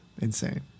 Insane